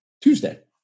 Tuesday